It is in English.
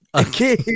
Okay